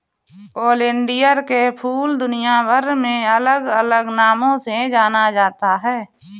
oleander के फूल दुनियाभर में अलग अलग नामों से जाना जाता है